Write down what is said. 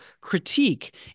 critique